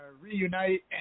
reunite